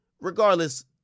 Regardless